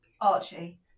Archie